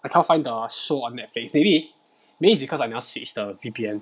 I cannot find the show on Netflix maybe maybe it's because I never switch the V_P_N